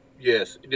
yes